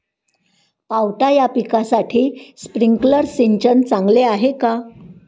पावटा या पिकासाठी स्प्रिंकलर सिंचन चांगले आहे का?